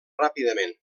ràpidament